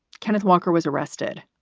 kenneth walker was arrested,